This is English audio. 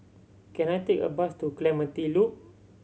can I take a bus to Clementi Loop